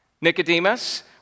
Nicodemus